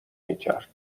میکرد